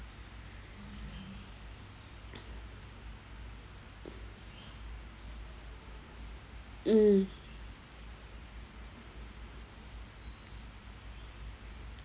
mm